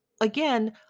Again